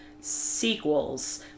sequels